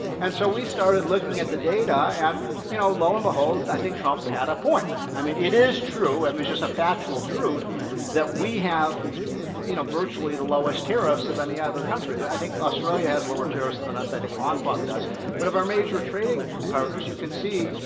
and so we started looking at the data and you know lo and behold, i think trump had a point. i mean it is true. i and mean it's just a factual truth that we have you know virtually the lowest tariffs of any other country, that i think australia has lower terrorists than us. i think hong kong does but if our major trading partners, you can see,